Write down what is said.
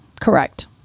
correct